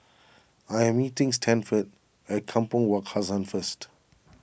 I am meeting Stanford at Kampong Wak Hassan first